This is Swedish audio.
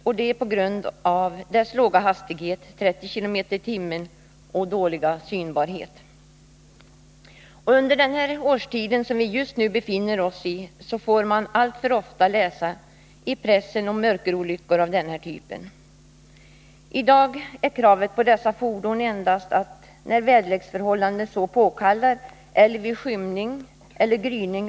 Och det på grund av dess låga hastighet, 30 km/tim, och dåliga synbarhet. Under den årstid som vi just nu befinner oss i får man alltför ofta läsa i pressen om mörkerolyckor av denna typ. I dag är kravet på motorredskap endast att lykta skall vara tänd när väderleksförhållandena så påkallar och vid skymning och gryning.